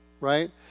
right